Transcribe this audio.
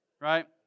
right